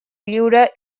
lliure